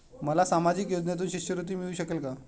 मला सामाजिक योजनेतून शिष्यवृत्ती मिळू शकेल का?